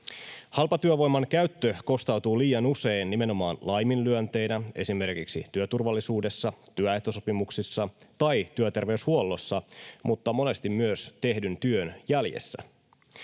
Halpatyövoiman käyttö kostautuu liian usein nimenomaan laiminlyönteinä esimerkiksi työturvallisuudessa, työehtosopimuksissa tai työterveyshuollossa mutta monesti myös tehdyn työn jäljessä.